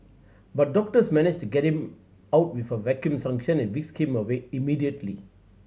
but doctors managed to get him out with a vacuum suction and whisked him away immediately